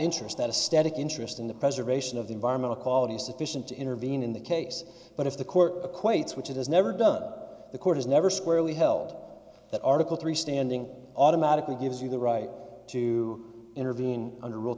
interest that a static interest in the preservation of the environmental quality sufficient to intervene in the case but if the court equates which it has never done the court has never squarely held that article three standing automatically gives you the right to intervene un